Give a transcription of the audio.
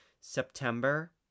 September